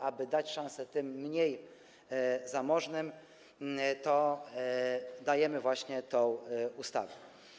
Aby dać szansę tym mniej zamożnym, dajemy właśnie tę ustawę.